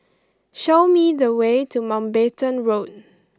show me the way to Mountbatten Road